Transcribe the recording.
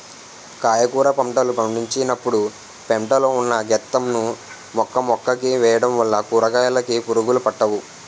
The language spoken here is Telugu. కాయగుర పంటలు పండించినపుడు పెంట లో ఉన్న గెత్తం ను మొక్కమొక్కకి వేయడం వల్ల కూరకాయలుకి పురుగులు పట్టవు